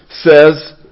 says